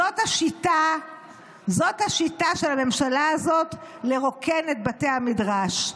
זאת השיטה של הממשלה הזאת לרוקן את בתי המדרש.